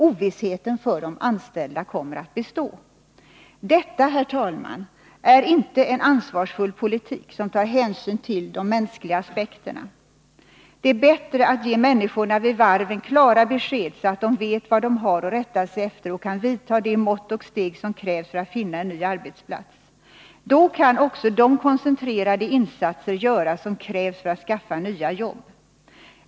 Ovissheten för de anställda kommer att bestå. Detta, herr talman, är inte en ansvarsfull politik som tar hänsyn till de mänskliga aspekterna. Det är bättre att ge människorna vid varven klara besked, så att de vet vad de har att rätta sig efter och kan vidta de mått och steg som krävs för att finna en ny arbetsplats. Då kan också de koncentrerade insatser göras som krävs för att skaffa nya jobb.